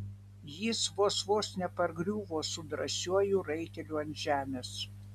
jis vos vos nepargriuvo su drąsiuoju raiteliu ant žemės